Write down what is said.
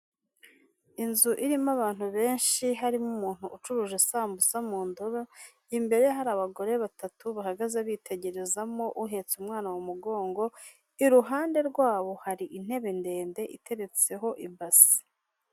Inzu irimo abantu benshi harimo umuntu ucuruje isambusa mu ndobo, imbere ye hari abagore batatu bahagaze bitegerezamo uhetse umwana mu mugongo, iruhande rwabo hari intebe ndende iteretseho ibasa.